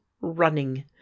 running